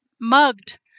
mugged